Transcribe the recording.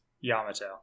Yamato